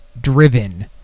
driven